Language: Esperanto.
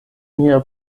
mia